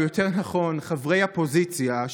או יותר נכון חברי הפוזיציה,